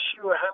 sure